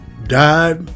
died